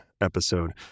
episode